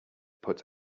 put